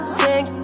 sick